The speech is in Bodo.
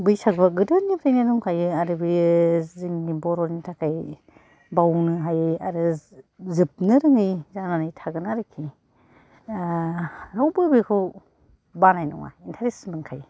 बैसागुया गोदोनिफ्रायनो दंखायो आरो बे जोंनि बर'नि थाखाय बावनो हायै आरो जोबनो रोङै जानानै थागोन आरोखि रावबो बेखौ बानाय नङा एन्टारेस्ट मोनखायो